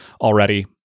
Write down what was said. already